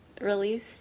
release